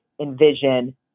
envision